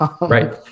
Right